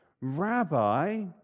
Rabbi